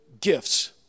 gifts